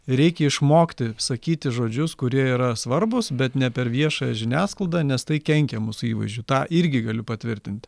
reikia išmokti sakyti žodžius kurie yra svarbūs bet ne per viešą žiniasklaidą nes tai kenkia mūsų įvaizdžiui tą irgi galiu patvirtinti